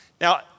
Now